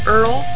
Earl